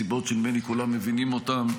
מסיבות שנדמה לי שכולם מבינים אותן,